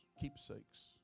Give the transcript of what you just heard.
keepsakes